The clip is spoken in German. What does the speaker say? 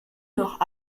noch